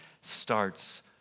starts